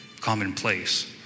commonplace